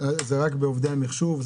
זה רק עובדי מחשוב?